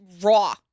Raw